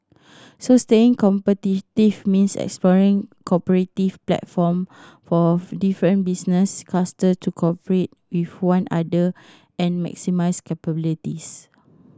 so staying competitive means exploring cooperative platform for different business cluster to cooperate with one other and maximise capabilities